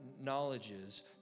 knowledges